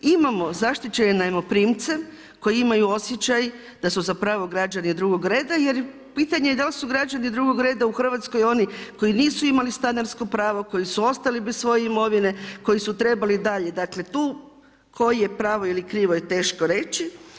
Imamo zaštićene najmoprimce koji imaju osjećaj da su građani drugog reda jer pitanje je da li su građani drugog reda u Hrvatskoj oni koji nisu imali stanarsko pravo, koji su ostali bez svoje imovine, koji su trebali dalje, dakle tu koji je pravo ili krivo je teško reći.